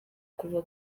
kuva